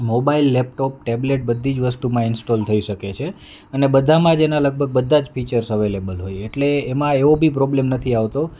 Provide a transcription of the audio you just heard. mobile laptop tablet બધી જ વસ્તુમાં ઇન્સ્ટોલ થઈ શકે છે અને બધામાં જ એના લગભગ બધા જ ફીચર્સ અવેલેબલ હોય એટલે એમાં એવો બી પ્રોબ્લેમ નથી આવતો